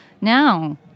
Now